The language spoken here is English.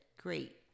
Great